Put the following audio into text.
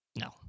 No